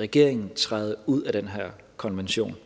regeringen træde ud af den her konvention.